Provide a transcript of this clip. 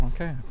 Okay